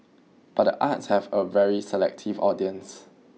but the arts has a very selective audience